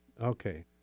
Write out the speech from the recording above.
okay